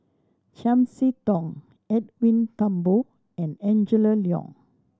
Chiam See Tong Edwin Thumboo and Angela Liong